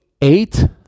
eight